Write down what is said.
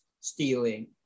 stealing